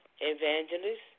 Evangelist